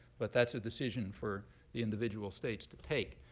but that's a decision for the individual states to take.